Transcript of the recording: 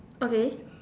okay